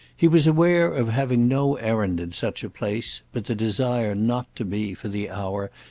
he was aware of having no errand in such a place but the desire not to be, for the hour,